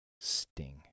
sting